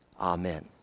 Amen